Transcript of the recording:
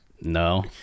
no